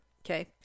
Okay